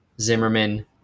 Zimmerman